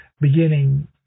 beginning